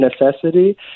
necessity